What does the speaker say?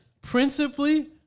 Principally